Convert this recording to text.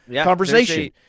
conversation